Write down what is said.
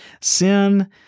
sin